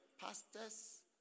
pastor's